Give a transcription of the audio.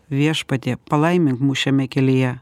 viešpatie palaimink mus šiame kelyje